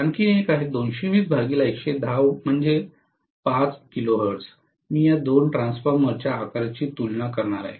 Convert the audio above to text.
आणखी एक आहे 220110 म्हणजे 5 kHz मी या दोन ट्रान्सफॉर्मर्सच्या आकारांची तुलना करणार आहे